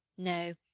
no,